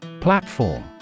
Platform